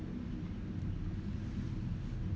<S